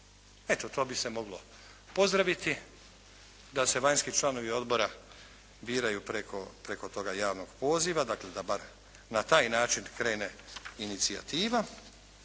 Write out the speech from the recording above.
Eto to bi se moglo pozdraviti da se vanjski članovi odbora biraju preko toga javnog poziva, dakle da bar na taj način krene inicijativa